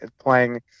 playing